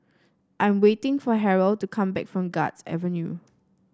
I'm waiting for Harrell to come back from Guards Avenue